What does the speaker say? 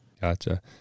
Gotcha